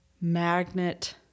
magnet